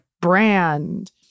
brand